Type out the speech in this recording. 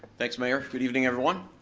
thanks mayor, good evening, everyone.